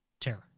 terror